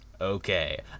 Okay